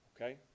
Okay